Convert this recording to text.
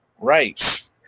Right